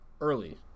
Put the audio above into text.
early